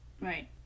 Right